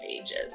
ages